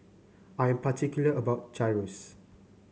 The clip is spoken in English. I am particular about Gyros